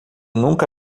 nunca